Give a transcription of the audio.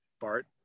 Bart